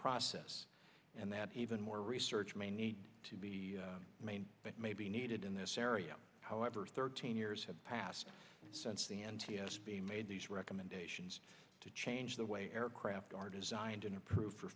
process and that even more research may need to be made but may be needed in this area however thirteen years have passed since the n t s b made these recommendations to change the way aircraft are designed and approved for